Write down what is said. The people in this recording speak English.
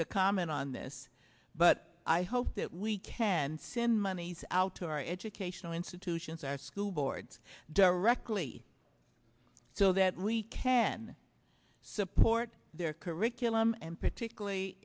to comment on this but i hope that we can sin monies out to our educational institutions our school boards directly so that we can support their curriculum and particularly